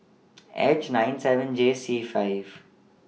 H nine seven J C five